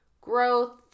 growth